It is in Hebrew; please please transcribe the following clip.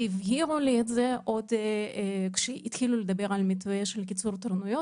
הבהירו לי את זה עוד כשהתחילו לדבר על המתווה של קיצור תורנויות.